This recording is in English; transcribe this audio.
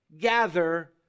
gather